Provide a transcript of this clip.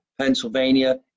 Pennsylvania